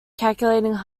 calculating